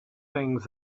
things